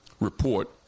report